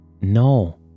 No